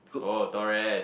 oh Taurus